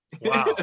Wow